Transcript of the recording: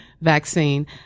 vaccine